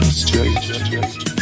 straight